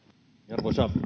arvoisa